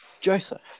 Joseph